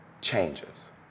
changes